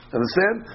Understand